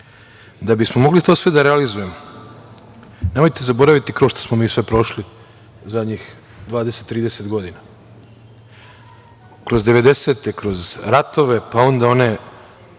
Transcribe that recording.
Da bismo mogli sve to da realizujemo, nemojte zaboraviti kroz šta smo mi sve prošli zadnjih 20, 30 godina, kroz 1990-e, kroz ratove, pa onda one